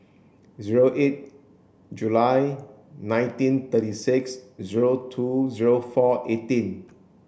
zero eight July nineteen thirty six zero two zero four eighteen